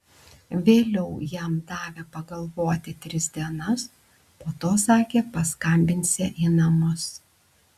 vėliau jam davė pagalvoti tris dienas po to sakė paskambinsią į namus